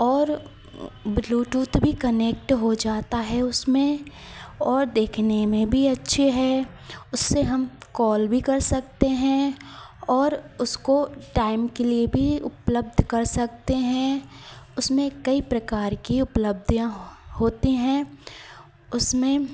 और ब्लूटूथ भी कनेक्ट हो जाता है उसमें और देखने में भी अच्छी है उससे हम कॉल भी कर सकते हैं और उसको टाइम के लिए भी उपलब्ध कर सकते हैं उसमें कई प्रकार की उपलब्धियाँ होती हैं उसमें